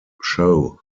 show